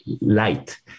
light